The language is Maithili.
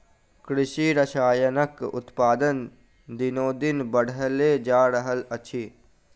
कृषि रसायनक उत्पादन दिनोदिन बढ़ले जा रहल अछि